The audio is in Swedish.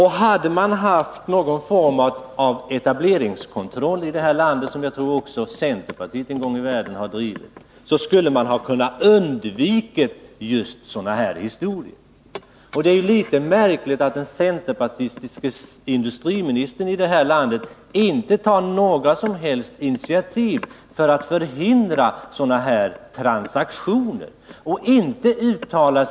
Hade man haft någon form av etableringskontroll i vårt land, en kontroll som jag tror att också centerpartiet någon gång har talat för, skulle man ha kunnat undvika detta. Det är litet märkligt att den centerpartistiske industriministern inte tar några som helst initiativ för att hindra transaktioner av det här slaget.